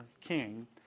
king